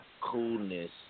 coolness